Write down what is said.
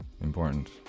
important